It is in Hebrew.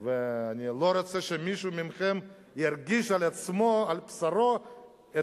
אני לא רוצה שמישהו מכם ירגיש על עצמו, על בשרו.